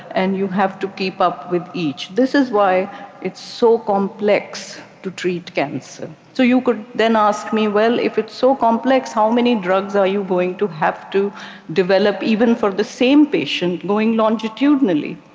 and you have to keep up with each. this is why it is so complex to treat cancer. so you could then ask me well, if it's so complex, how many drugs are you going to have to develop even for the same patient going longitudinally?